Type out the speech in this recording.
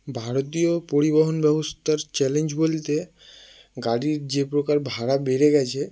ভারতীয় পরিবহন ব্যবস্থার চ্যালেঞ্জ বলতে গাড়ির যে প্রকার ভাড়া বেড়ে গেছে